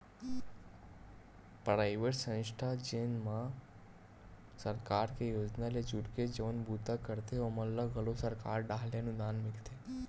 private संस्था जेन मन सरकार के योजना ले जुड़के जउन बूता करथे ओमन ल घलो सरकार डाहर ले अनुदान मिलथे